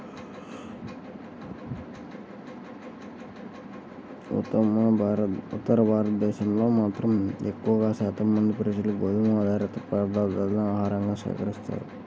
ఉత్తర భారతదేశంలో మాత్రం ఎక్కువ శాతం మంది ప్రజలు గోధుమ ఆధారిత పదార్ధాలనే ఆహారంగా స్వీకరిస్తారు